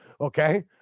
okay